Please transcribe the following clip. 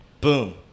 Boom